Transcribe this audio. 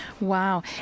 Wow